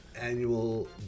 annual